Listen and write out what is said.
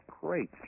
great